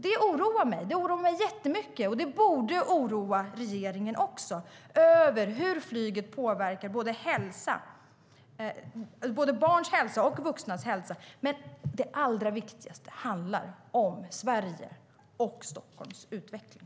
Det oroar mig jättemycket, och det borde oroa också regeringen, att flyget påverkar både barns och vuxnas hälsa. Men det allra viktigaste handlar om Sveriges och Stockholms utveckling.